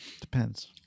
depends